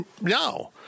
No